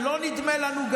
שלא נדמה לנו,